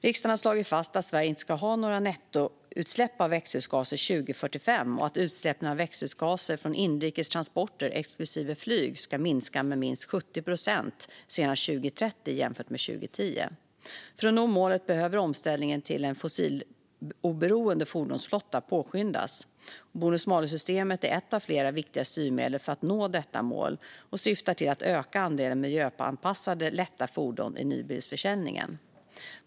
Riksdagen har lagt fast att Sverige inte ska ha några nettoutsläpp av växthusgaser 2045 och att utsläppen av växthusgaser från inrikes transporter, exklusive flyg, ska minska med minst 70 procent senast 2030 jämfört med 2010. För att nå målet behöver omställningen till en fossiloberoende fordonsflotta påskyndas. Bonus-malus-systemet är ett av flera viktiga styrmedel för att nå detta mål och syftar till att öka andelen miljöanpassade lätta fordon i nybilsförsäljningen.